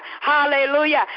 Hallelujah